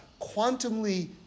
quantumly